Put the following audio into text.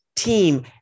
team